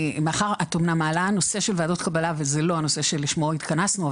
את אמנם מעלה נושא של ועדות קבלה וזה לא הנושא שלשמו התכנסנו,